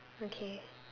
okay